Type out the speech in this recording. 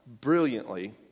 brilliantly